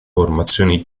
formazioni